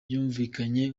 yumvikanye